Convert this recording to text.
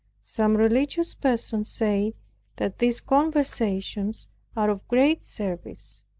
some religious persons say that these conversations are of great service.